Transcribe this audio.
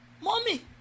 Mommy